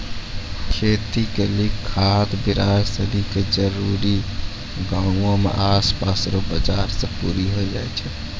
खेती के लेली खाद बिड़ार सनी के जरूरी गांव के आसपास रो बाजार से पूरी होइ जाय छै